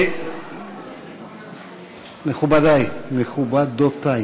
מכובדי, מכובדותי,